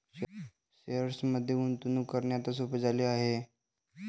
शेअर्समध्ये गुंतवणूक करणे आता सोपे झाले आहे